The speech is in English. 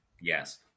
yes